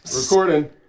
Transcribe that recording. Recording